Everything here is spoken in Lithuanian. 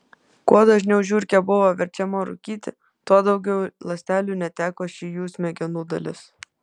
kuo dažniau žiurkė buvo verčiama rūkyti tuo daugiau ląstelių neteko ši jų smegenų dalis